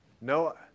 No